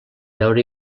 veure